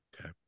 Okay